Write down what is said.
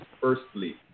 firstly